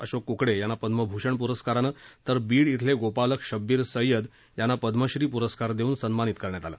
अशोक कुकडे यांना पद्मभूषण पुरस्कारानं तर बीड इथले गोपालक शब्बीर सय्यद यांना पद्मश्री पुरस्कार देऊन सन्मानित करण्यात आलं